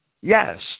yes